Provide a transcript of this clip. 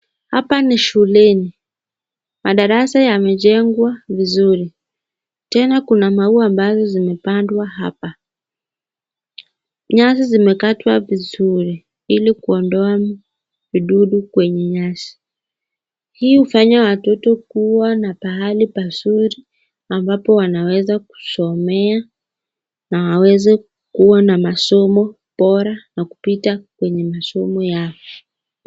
Hapa ni shuleni, madarasa yamejengwa vizuri, tena kuna maua ambayo yamepandwa hapa, nyasi zimekatwa vizuri ili kuondoa vidudu kwenye nyasi, hii huondoa wadudu kuwa na pahali pazuri ambapo wanaweza kusomea, na waweze kuwa na masomo bora na kupita kwenye masomo yao.